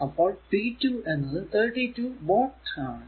അപ്പോൾ p 2 എന്നത് 32 watt ആണ്